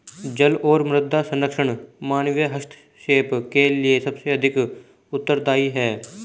जल और मृदा संरक्षण मानवीय हस्तक्षेप के लिए सबसे अधिक उत्तरदायी हैं